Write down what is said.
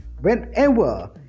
whenever